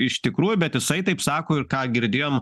iš tikrųjų bet jisai taip sako ir ką girdėjom